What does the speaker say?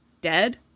Dead